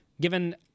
given